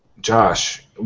Josh